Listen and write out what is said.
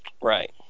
Right